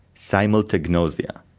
simultagnosia.